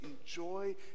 enjoy